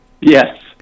Yes